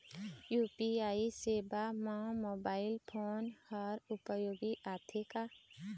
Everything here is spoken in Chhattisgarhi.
यू.पी.आई सेवा म मोबाइल फोन हर उपयोग आथे का?